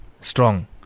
strong